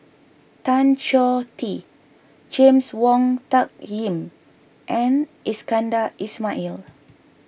Tan Choh Tee James Wong Tuck Yim and Iskandar Ismail